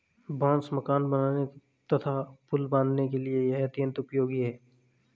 बांस मकान बनाने तथा पुल बाँधने के लिए यह अत्यंत उपयोगी है